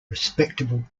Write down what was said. respectable